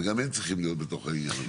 וגם הם צריכים להיות בתוך העניין הזה.